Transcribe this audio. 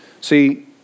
See